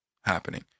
happening